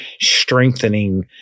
strengthening